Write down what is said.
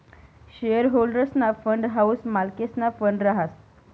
share होल्डर्सना fund हाऊ मालकेसना फंड रहास